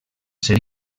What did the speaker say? ser